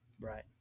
Right